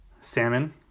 salmon